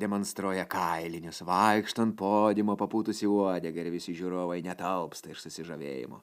demonstruoja kailinius vaikšto ant podiumo papūtusi uodegą ir visi žiūrovai net alpsta iš susižavėjimo